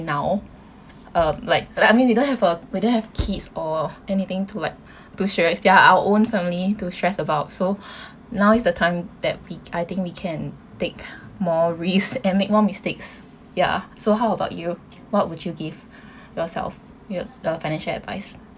now uh like like I mean you don't have uh we don't have kids or anything to like to sur~ is their our own family to stress about so now is the time that we I think we can take more risks and make more mistakes ya so how about you what would you give yourself you a financial advice